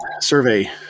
Survey